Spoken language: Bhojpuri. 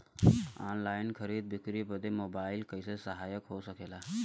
ऑनलाइन खरीद बिक्री बदे मोबाइल कइसे सहायक हो सकेला?